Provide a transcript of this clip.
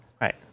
Right